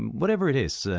whatever it is,